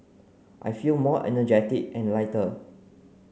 I feel more energetic and lighter